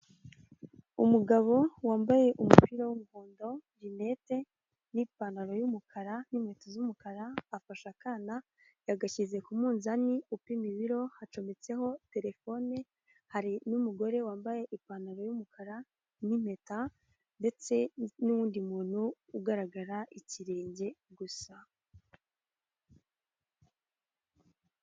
Umugabo wambaye umupira w'umuhondo, linete n'ipantaro y'umukara n'inkweto z'umukara. Afashe akana yagashyize ku munzani upima ibiro, hacometseho terefone. Hari n'umugore wambaye ipantaro y'umukara n'impeta ndetse n'uwundi muntu ugaragara ikirenge gusa.